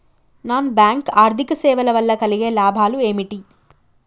Non bank ఆర్థిక సేవల వల్ల కలిగే లాభాలు ఏమిటి?